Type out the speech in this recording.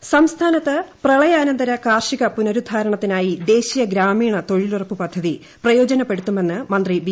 സുനിൽകുമാർ സംസ്ഥാനത്ത് പ്രളയാനന്തരകാർഷിക പുനരുദ്ധാരണത്തിനായി ദേശീയ ഗ്രാമീണതൊഴിലുറപ്പുപദ്ധതി പ്രയോജനപ്പെടുത്തുമെന്ന് മന്ത്രി വി